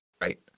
right